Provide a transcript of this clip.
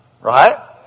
Right